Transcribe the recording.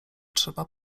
trzeba